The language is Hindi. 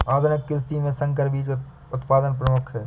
आधुनिक कृषि में संकर बीज उत्पादन प्रमुख है